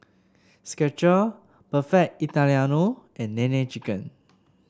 Skecher Perfect Italiano and Nene Chicken